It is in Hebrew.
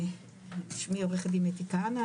שמי עו"ד אתי כהנא,